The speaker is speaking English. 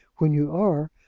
when you are,